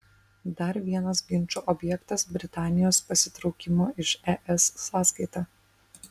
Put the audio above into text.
dar vienas ginčų objektas britanijos pasitraukimo iš es sąskaita